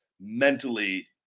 mentally